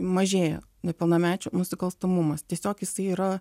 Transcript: mažėja nepilnamečių nusikalstamumas tiesiog jisai yra